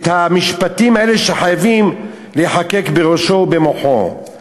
המשפטים האלה שחייבים להיחקק בראשו ובמוחו.